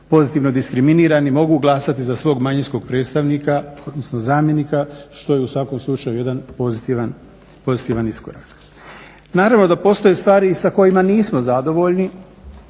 pozitivno diskriminirani mogu glasati za svog manjinskog predstavnika odnosno zamjenika što je u svakom slučaju jedan pozitivan iskorak. Naravno da postoje stvari sa kojima nismo zadovoljni,